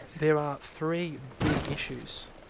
there are three big issues,